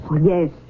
Yes